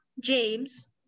James